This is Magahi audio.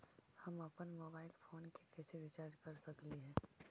हम अप्पन मोबाईल फोन के कैसे रिचार्ज कर सकली हे?